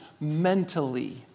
mentally